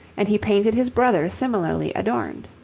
and he painted his brother similarly adorned.